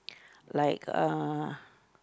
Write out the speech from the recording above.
like uh